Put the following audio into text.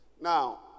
Now